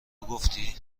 گفتی